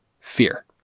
Fear